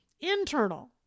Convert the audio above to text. internal